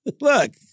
Look